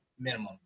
Minimum